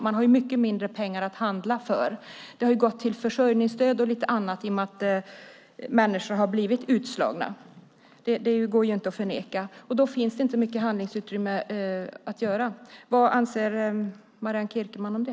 De har mycket mindre pengar att handla för. Pengar har gått till försörjningsstöd och lite annat i och med att människor har blivit utslagna. Det går inte att förneka. Då finns det inte mycket handlingsutrymme. Vad anser Marianne Kierkemann om det?